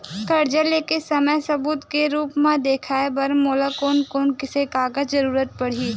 कर्जा ले के समय सबूत के रूप मा देखाय बर मोला कोन कोन से कागज के जरुरत पड़ही?